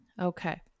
Okay